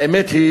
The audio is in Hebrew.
האמת היא